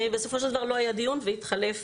בסופו של דבר לא היה דיון והשר והמנכ"ל התחלפו.